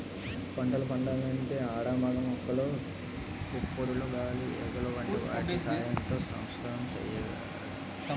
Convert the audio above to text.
పంటలు పండాలంటే ఆడ మగ మొక్కల పుప్పొడులు గాలి ఈగలు వంటి వాటి సహాయంతో సంపర్కం జరగాలి